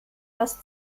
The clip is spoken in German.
was